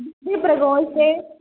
प्रकोष्ठे